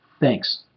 Thanks